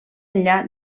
enllà